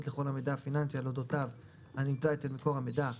לכל המידע הפיננסי על אודותיו הנמצא אצל מקור מידע,